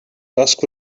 dusk